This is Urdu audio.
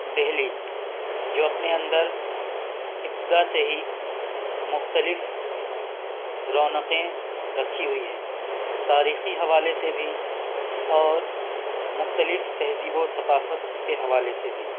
دہلی جو اپنے اندر ابتدا سے ہی مختلف رونقیں رکھی ہوئی ہیں تاریخی حوالے سے بھی اور مختلف تہذیب و ثقافت کے حوالے سے بھی